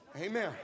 Amen